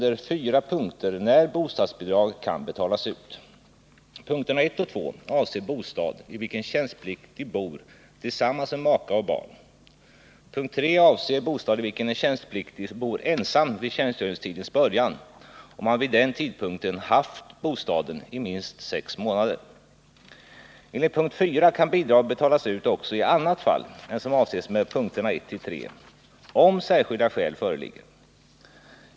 Enligt punkt 4 kan bidrag betalas ut också i annat fall än som avses under punkterna 1-3, om särskilda skäl föreligger.